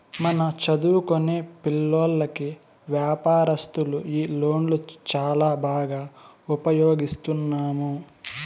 మన చదువుకొనే పిల్లోల్లకి వ్యాపారస్తులు ఈ లోన్లు చాలా బాగా ఉపయోగిస్తున్నాము